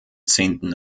zehnten